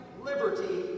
liberty